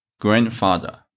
grandfather